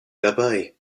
dabei